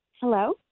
Hello